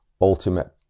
ultimate